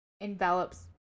envelops